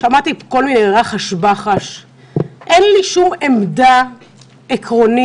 שמעתי כל מיני רחש בחש, אין לי שום עמדה עקרונית,